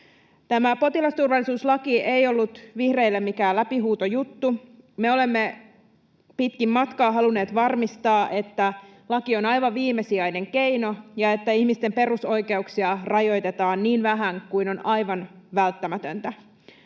Tämä potilasturvallisuuslaki ei ollut vihreille mikään läpihuutojuttu. Me olemme pitkin matkaa halunneet varmistaa, että laki on aivan viimesijainen keino ja että ihmisten perusoikeuksia rajoitetaan niin vähän kuin on aivan välttämätöntä.